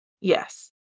Yes